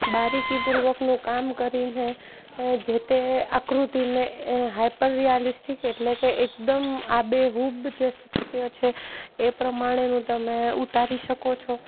બારીકી પૂર્વકનું કામ કરીને જે તે આકૃતિને એને હાઇપર રિયાલીસ્ટિક એટલે કે એકદમ આબેહૂબ જે સત્ય છે એ પ્રમાણેનું તમે ઉતારી શકો છો